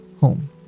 home